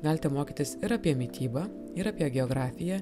galite mokytis ir apie mitybą ir apie geografiją